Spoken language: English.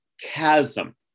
chasm